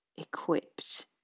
equipped